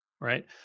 right